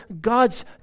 God's